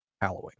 Halloween